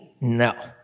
no